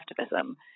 activism